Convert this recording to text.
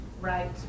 right